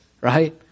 right